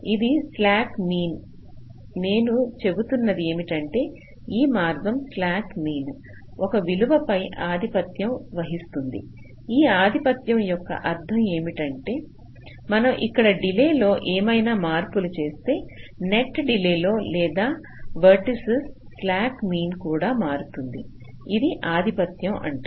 ఇది స్లాక్ మీన్నేను చెబుతున్నది ఏమిటంటే ఈ మార్గం స్లాక్ మీన్ ఒక విలువ పై ఆధిపత్యం వహిస్తుంది ఈ ఆధిపత్యం యొక్క అర్థం ఏమిటి అంటే మనం ఇక్కడ డిలే లో ఏమైనా మార్పులు చేస్తే నెట్ డిలే లో లేదా వేర్టిసస్ స్లాక్ మీన్ కూడా మారుతుంది ఇది ఆధిపత్యం అంటే